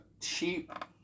cheap